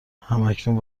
همکنون